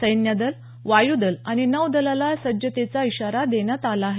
सैन्य दल वायू दल आणि नौ दलाला सज्जतेचा इशारा देण्यात आला आहे